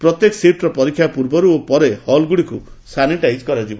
ପ୍ରତ୍ୟେକ ସିଫ୍ଟର ପରୀକ୍ଷା ପୂର୍ବରୁ ଓ ପରେ ହଲ୍ଗୁଡ଼ିକୁ ସାନିଟାଇଜ୍ କରାଯିବ